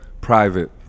Private